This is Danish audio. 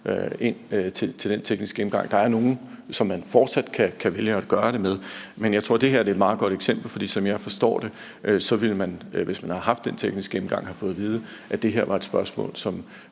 ind til den tekniske gennemgang. Der er nogen, som man fortsat kan vælge at gøre det med. Men jeg tror, at det her er et meget godt eksempel, for som jeg forstår det, ville man, hvis man havde haft den tekniske gennemgang, have fået at vide, at det her var et spørgsmål, som